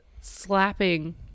slapping